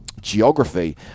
Geography